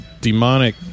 demonic